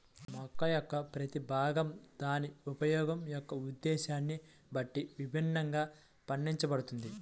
మొక్క యొక్క ప్రతి భాగం దాని ఉపయోగం యొక్క ఉద్దేశ్యాన్ని బట్టి విభిన్నంగా పండించబడుతుంది